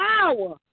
power